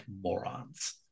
morons